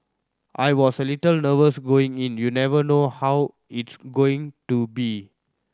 I was a little nervous going in you never know how it's going to be